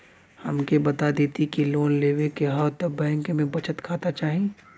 हमके बता देती की लोन लेवे के हव त बैंक में बचत खाता चाही?